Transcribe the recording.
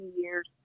years